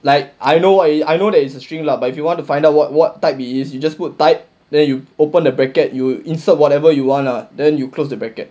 like I know I know there is a string lah but if you want to find out what what type it is you just put type then you open a bracket you insert whatever you want lah then you close the bracket